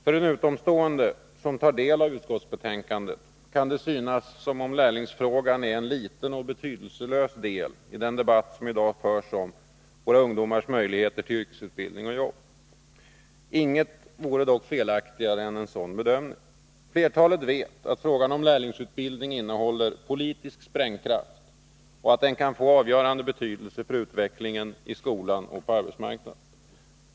För en utomstående som tar del av utskottsbetänkandet kan det synas som om lärlingsfrågan är en liten och betydelselös del i den debatt som i dag förs om våra ungdomars möjligheter till yrkesutbildning och jobb. Inget vore dock felaktigare än en sådan bedömning. Flertalet vet att frågan om lärlingsutbildning innehåller politisk sprängkraft och kan få avgörande betydelse för utvecklingen i skolan och på arbetsmarknaden.